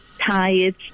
tired